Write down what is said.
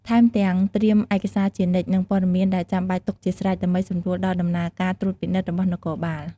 ថែមទាំងត្រៀមឯកសារជានិច្ច និងព័ត៌មានដែលចាំបាច់ទុកជាស្រេច ដើម្បីសម្រួលដល់ដំណើរការត្រួតពិនិត្យរបស់នគរបាល។